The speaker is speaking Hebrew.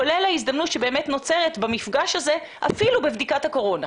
כולל ההזדמנות שבאמת נוצרת במפגש הזה אפילו בבדיקת הקורונה.